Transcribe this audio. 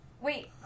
wait